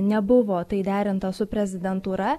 nebuvo tai derinta su prezidentūra